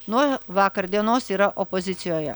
nuo vakar dienos yra opozicijoje